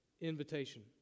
invitation